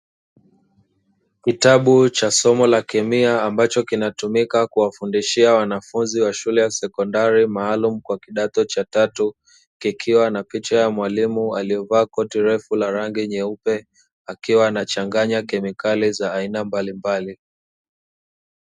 Kitabu cha somo la kemia ambacho kinatumika kuwafundishia wanafunzi wa shule ya sekondari maalumu kwa kidato cha tatu, kikiwa na picha ya mwalimu aliyevaa koti refu la rangi nyeupe akiwa anachanganya kemikali za aina mbalimbali.